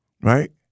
right